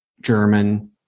German